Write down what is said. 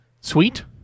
sweet